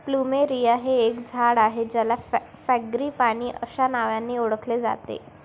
plumeria हे एक झाड आहे ज्याला फ्रँगीपानी अस्या नावानी ओळखले जाते